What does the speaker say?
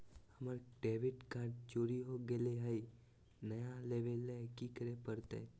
हमर debit card चोरी हो गेले हई, नया लेवे ल की करे पड़तई?